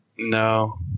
No